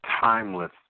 timeless